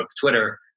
Twitter